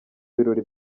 birori